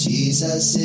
Jesus